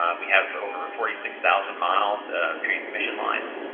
um we have over forty six thousand miles of transmission lines.